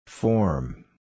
Form